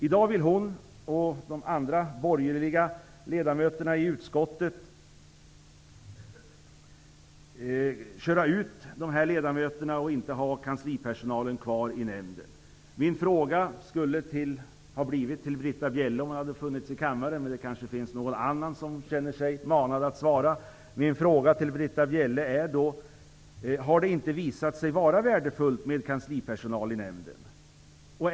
I dag vill hon och de andra borgerliga ledamöterna i utskottet köra ut dessa ledmöter och inte ha kanslipersonalen kvar i nämnden. Mina frågor skulle ha riktat sig till Britta Bjelle, om hon hade befunnit sig i kammaren. Men det kanske finns någon annan som känner sig manad att svara. Mina frågor till Britta Bjelle är: Har det inte visat sig vara värdefullt med kanslipersonal i nämnden?